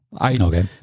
Okay